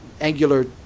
Angular